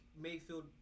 Mayfield